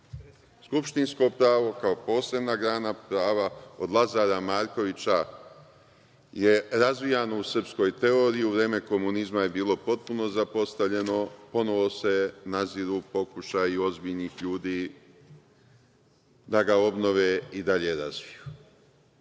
„Skupštinsko pravo kao posebna grana prava“ od Lazara Markovića je razvijano u srpskoj teoriji, u vreme komunizma je bilo potpuno zapostavljeno, ponovo se naziru pokušaji ozbiljnih ljudi da ga obnove i dalje razviju. Drugo,